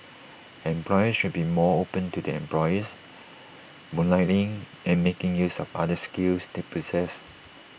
employers should be more open to their employees moonlighting and making use of other skills they possess